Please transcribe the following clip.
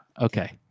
okay